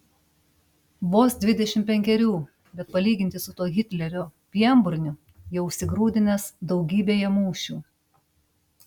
vos dvidešimt penkerių bet palyginti su tuo hitlerio pienburniu jau užsigrūdinęs daugybėje mūšių